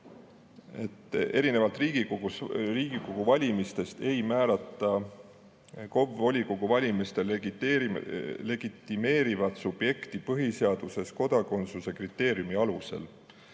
"Erinevalt Riigikogu valimistest ei määrata KOV volikogu valimistel legitimeerivat subjekti PS-s kodakondsuse kriteeriumi alusel.